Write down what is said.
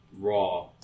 Raw